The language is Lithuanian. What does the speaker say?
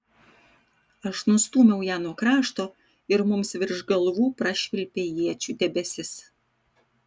aš nustūmiau ją nuo krašto ir mums virš galvų prašvilpė iečių debesis